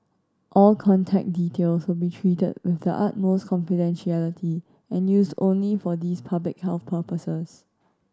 all contact details will be treated with the utmost confidentiality and used only for these public health purposes